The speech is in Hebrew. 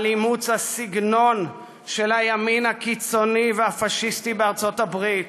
על אימוץ הסגנון של הימין הקיצוני והפאשיסטי בארצות הברית.